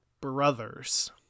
Brothers